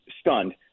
stunned